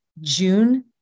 June